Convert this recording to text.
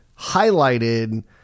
highlighted